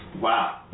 Wow